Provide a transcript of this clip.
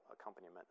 accompaniment